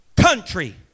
country